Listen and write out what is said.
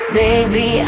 baby